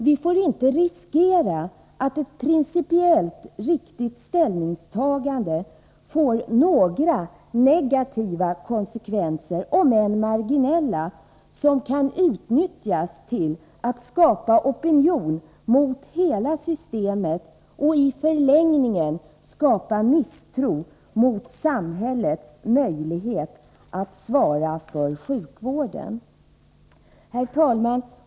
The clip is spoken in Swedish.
Vi får inte riskera att ett principiellt riktigt ställningstagande får några negativa konsekvenser, om än marginella, som kan utnyttjas till att skapa opinion mot hela systemet och i förlängningen misstro mot samhällets möjlighet att svara för sjukvården. Herr talman!